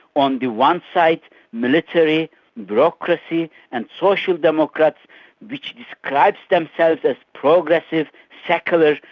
on the one side military bureaucracy, and social democrats which describe themselves as progressive, secular,